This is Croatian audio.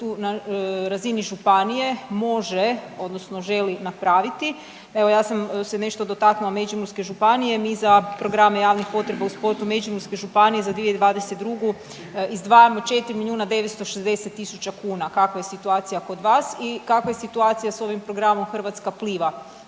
na razini županije može odnosno želi napraviti. Evo ja sam se nešto dotaknula Međimurske županije, mi za programe javnih potreba u sportu Međimurske županije za 2022. izdvajamo 4 milijuna 960 tisuća kuna. Kakva je situacija kod vas i kakva je situacija s ovim programom Hrvatska pliva?